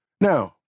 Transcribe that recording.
Now